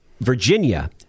Virginia